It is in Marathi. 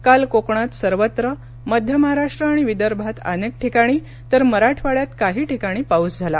काल कोकणात सर्वत्र मध्य महाराष्ट्र आणि विदर्भात अनेक ठिकाणी तर मराठवाड्यात काही ठिकाणी पाऊस झाला